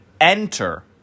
enter